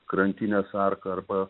krantinės arką arba